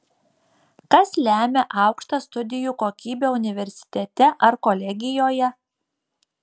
kas lemia aukštą studijų kokybę universitete ar kolegijoje